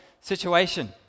situation